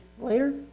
later